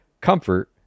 comfort